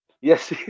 Yes